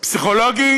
פסיכולוגי